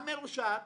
המרושעת,